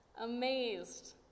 amazed